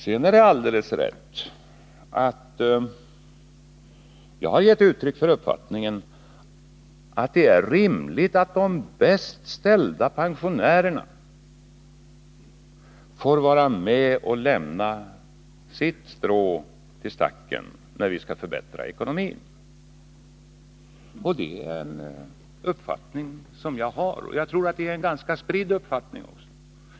Sedan är det alldeles rätt att jag har gett uttryck för uppfattningen att det är rimligt att de bäst ställda pensionärerna får vara med och dra sitt strå till stacken när vi skall förbättra ekonomin. Det är en uppfattning som jag har, och jag tror också att den är ganska spridd.